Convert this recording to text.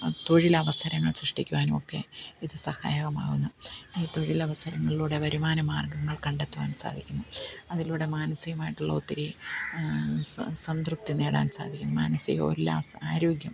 തൊഴിലവസരങ്ങൾ സൃഷ്ടിക്കുവാനും ഒക്കെ ഇത് സഹായകമാവുന്നു ഈ തൊഴിലവസരങ്ങളിലൂടെ വരുമാനമാർഗ്ഗങ്ങൾ കണ്ടെത്തുവാൻ സാധിക്കുന്നു അതിലൂടെ മാനസികമായിട്ടുള്ള ഒത്തിരി സംതൃപ്തി നേടാൻ സാധിക്കുന്നു മാനസികവും ഉല്ലാസം ആരോഗ്യം